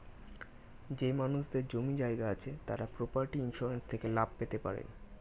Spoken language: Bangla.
যেই মানুষদের জমি জায়গা আছে তারা প্রপার্টি ইন্সুরেন্স থেকে লাভ পেতে পারেন